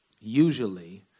usually